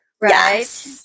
right